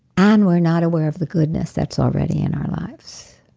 and we're not aware of the goodness that's already in our lives.